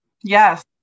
Yes